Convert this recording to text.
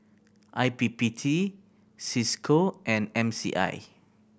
I P P T Cisco and M C I